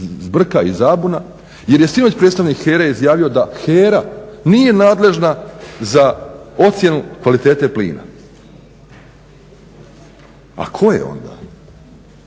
zbrka i zabuna jer je sinoć predstavnik HERA-e izjavio da HERA nije nadležna za ocjenu kvalitete plina. A ko je onda?